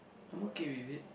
I'm okay with it